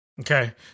Okay